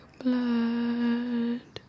blood